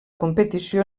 competició